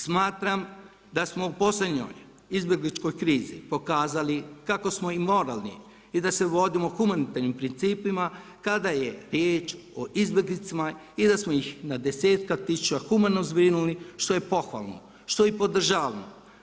Smatram da smo u posljednjoj izbjegličkoj krizi pokazali kako smo i moralni i da se vodimo humanitarnim principima kada je riječ o izbjeglicama i da smo ih na desetke tisuće humano zbrinuli što je pohvalno, što i podržavam.